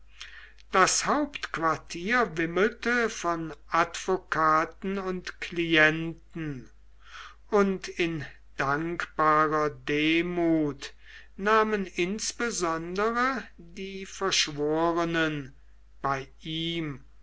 das hauptquartier wimmelte von advokaten und klienten und in dankbarer demut nahmen insbesondere die verschworenen bei ihm